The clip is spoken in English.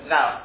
Now